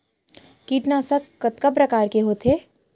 कीटनाशक कतका प्रकार के होथे?